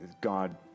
God